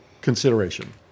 consideration